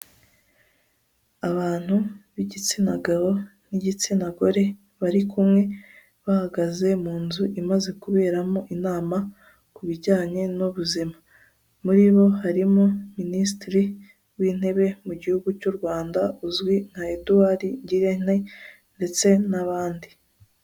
Abantu b'igitsina gabo n'igitsina gore bari kumwe bahagaze mu nzu imaze kuberamo inama ku bijyanye n'ubuzima, muri bo harimo minisitiri w'intebe mu gihugu cy'u Rwanda uzwi nka Eduward Ngirente ndetse n'abandi.